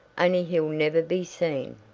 only he'll never be seen.